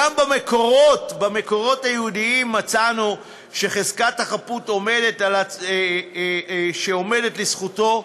גם במקורות היהודיים מצאנו שחזקת החפות עומדת לזכותו.